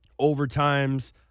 Overtimes